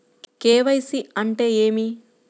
KYC అంటే ఏమి?